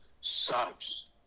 sucks